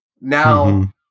Now